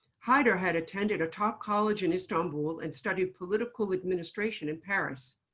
haidar had attended a top college in istanbul and studied political administration in paris.